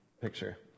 picture